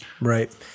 Right